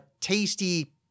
tasty